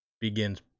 Begins